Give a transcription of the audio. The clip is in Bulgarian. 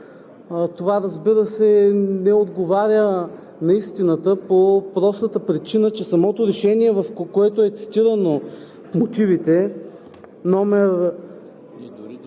Това, разбира се, не отговаря на истината по простата причина, че самото Решение, което е цитирано в мотивите, №